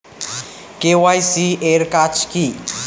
KYC এর কাজ কি?